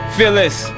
Phyllis